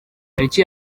tariki